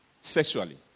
sexually